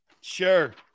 Sure